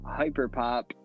hyperpop